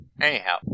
Anyhow